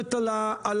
ביקורת על המהלך.